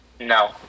No